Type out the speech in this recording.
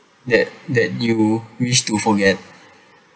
that that you wish to forget